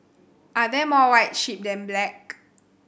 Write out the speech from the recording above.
are there more white sheep than black